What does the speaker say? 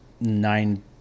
nine